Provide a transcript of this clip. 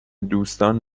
دوستان